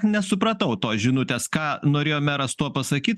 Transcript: nesupratau tos žinutės ką norėjo meras tuo pasakyt